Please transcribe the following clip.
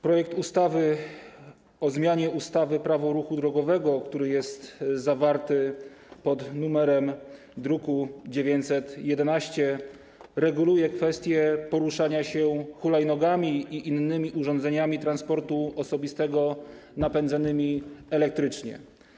Projekt ustawy o zmianie ustawy - Prawo o ruchu drogowym, który jest zawarty w druku nr 911, reguluje kwestie poruszania się hulajnogami i innymi urządzeniami transportu osobistego napędzanymi elektrycznie.